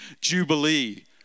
jubilee